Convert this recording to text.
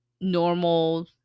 normal